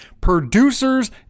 Producers